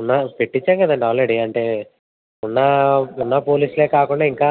ఉన్నా పెట్టిచ్చాం కదండీ ఆల్రెడీ అంటే ఉన్న ఉన్న పోలీసులే కాకుండా ఇంకా